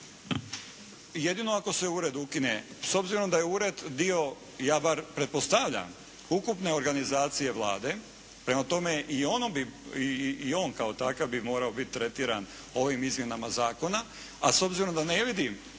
Jedino ako se ured ukine. S obzirom da je ured dio ja bar pretpostavljam, ukupne organizacije Vlade, prema tome i on kao takav bi morao biti tretiran ovim izmjenama zakona, a s obzirom da ne vidim